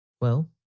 Well